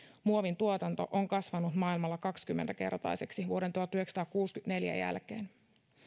muovintuotanto on kasvanut maailmalla kaksikymmentä kertaiseksi vuoden tuhatyhdeksänsataakuusikymmentäneljä jälkeen